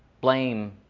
blame